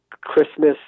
Christmas